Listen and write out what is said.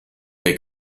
dei